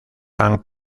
han